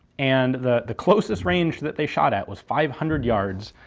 and the the closest range that they shot at was five hundred yards,